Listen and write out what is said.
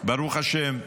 ברוך השם,